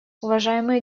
уважаемые